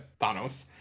Thanos